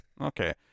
Okay